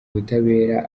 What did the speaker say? ubutabera